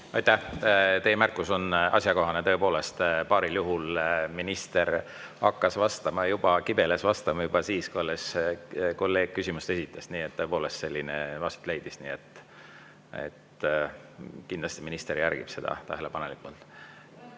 Teie märkus on asjakohane. Tõepoolest paaril juhul minister hakkas vastama, juba kibeles vastama, kui alles kolleeg küsimust esitas. Tõepoolest selline asi aset leidis. Aga kindlasti minister jälgib seda tähelepanelikult.